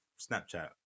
Snapchat